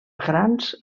grans